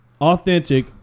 Authentic